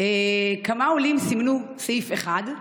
כמה עולים סימנו סעיף 1,